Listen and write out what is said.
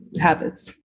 habits